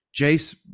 Jace